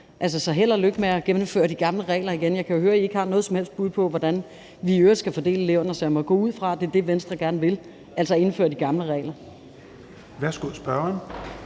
Så held og lykke med at genindføre de gamle regler. Jeg kan jo høre, at I ikke har noget som helst bud på, hvordan vi i øvrigt skal fordele eleverne, så jeg må gå ud fra, at det er det, Venstre gerne vil – altså genindføre de gamle regler. Kl. 10:47 Fjerde